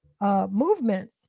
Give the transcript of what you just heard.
movement